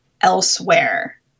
elsewhere